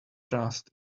trust